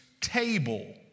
table